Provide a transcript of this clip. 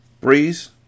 Breeze